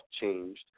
changed